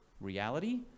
reality